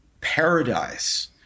paradise